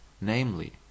namely